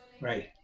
right